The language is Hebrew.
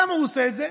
למה הוא עושה את זה?